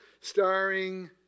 starring